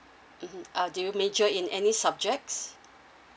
mmhmm ah do you major in any subjects